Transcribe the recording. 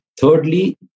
Thirdly